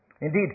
Indeed